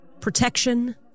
Protection